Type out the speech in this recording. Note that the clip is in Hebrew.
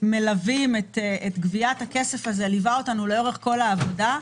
מלווים את גביית הכסף הזה ליוותה אותנו לאורך כל העבודה.